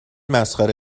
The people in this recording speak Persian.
مسخره